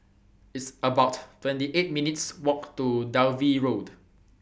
It's about twenty eight minutes' Walk to Dalvey Road